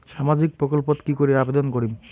সামাজিক প্রকল্পত কি করি আবেদন করিম?